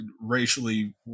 racially